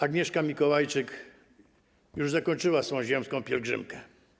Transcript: Agnieszka Mikołajczyk już zakończyła swoją ziemską pielgrzymkę.